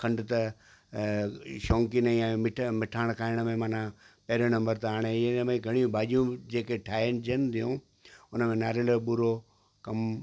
खंड त ऐं इ शौंक ई नई आहे मिठ मिठाइण खाइण में मना पहिरे नंबर ते हाणे इन में घणियूं भाॼियूं जेके ठाइजनि थियूं उन में नारेल जो बूरो कम